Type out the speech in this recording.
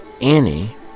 annie